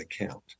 account